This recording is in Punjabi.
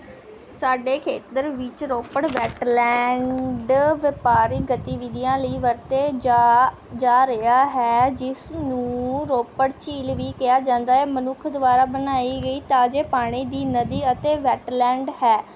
ਸ ਸਾਡੇ ਖੇਤਰ ਵਿੱਚ ਰੋਪੜ ਵੈੱਟਲੈਂਡ ਵਪਾਰੀ ਗਤੀਵਿਧੀਆਂ ਲਈ ਵਰਤੇ ਜਾ ਜਾ ਰਿਹਾ ਹੈ ਜਿਸ ਨੂੰ ਰੋਪੜ ਝੀਲ ਵੀ ਕਿਹਾ ਜਾਂਦਾ ਹੈ ਮਨੁੱਖ ਦੁਆਰਾ ਬਣਾਈ ਗਈ ਤਾਜ਼ੇ ਪਾਣੀ ਦੀ ਨਦੀ ਅਤੇ ਵੈੱਟਲੈਂਡ ਹੈ